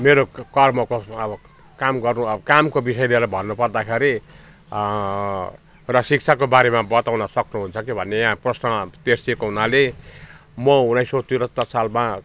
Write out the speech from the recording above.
मेरो कर्मको अब काम गर्नु कामको विषय लिएर भन्नु पर्दाखेरि र शिक्षाको बारेमा बताउन सक्नु हुन्छ कि भन्ने यहाँ प्रश्न तेर्सिएको हुनाले म उन्नाइस सय त्रिहत्तर सालमा